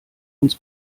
uns